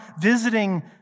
visiting